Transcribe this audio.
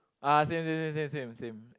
ah same same same same same same